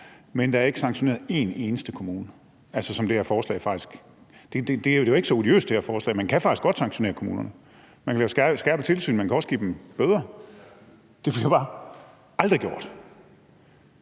men der er ikke sanktioneret en eneste kommune. Det her forslag er jo ikke så odiøst, for man kan faktisk godt sanktionere kommunerne. Man kan lave skærpet tilsyn, og man kan også godt give dem bøder. Det bliver bare aldrig gjort.